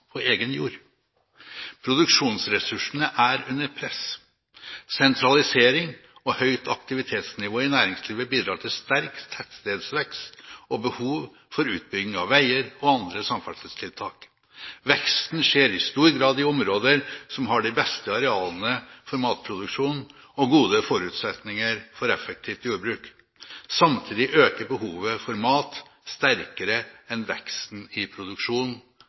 på egen jord. Produksjonsressursene er under press. Sentralisering og høyt aktivitetsnivå i næringslivet bidrar til sterk tettstedsvekst og behov for utbygging av veier og andre samferdselstiltak. Veksten skjer i stor grad i områder som har de beste arealene for matproduksjon og gode forutsetninger for effektivt jordbruk. Samtidig øker behovet for mat sterkere enn veksten i